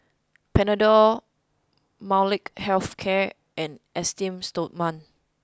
panadol Molnylcke health care and Esteem stoma